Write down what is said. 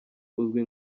uzwi